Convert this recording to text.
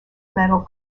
medal